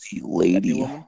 lady